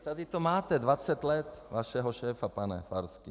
Tady to máte, 20 let vašeho šéfa, pane Farský.